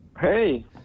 Hey